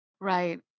Right